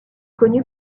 connu